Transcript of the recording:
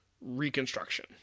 reconstruction